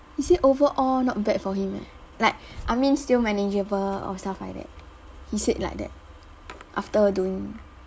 he said overall not bad for him eh like I mean still manageable or stuff like that he said like that after doing